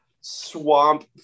swamp